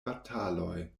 bataloj